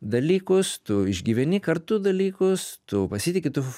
dalykus tu išgyveni kartu dalykus tu pasitiki tu